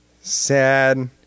sad